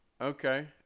Okay